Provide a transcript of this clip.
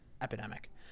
epidemic